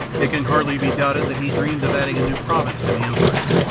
it can hardly be doubted that he, dreamed of adding a new province to the empire,